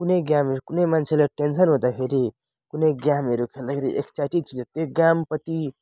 कुनै गेम कुनै मान्छेले टेन्सन हुँदाखेरि कुनै गेमहरू खेल्दाखेरि एक्साइटेड त्यो गेमप्रति